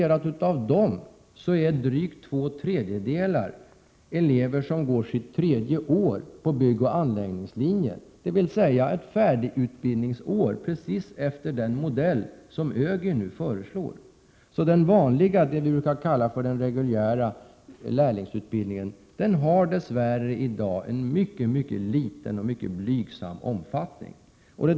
Av dem är drygt två tredjedelar elever som går sitt tredje år på byggoch anläggningslinjen, dvs. ett färdigutbildningsår exakt efter den modell som ÖGY nu föreslår. Det vi brukar kalla för den reguljära lärlingsutbildningen har dess värre i dag en mycket liten och blygsam omfattning.